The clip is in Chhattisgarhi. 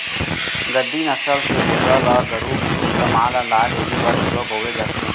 गद्दी नसल के बोकरा ल गरू समान ल लाय लेजे बर घलौ बउरे जाथे